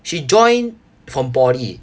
she joined from poly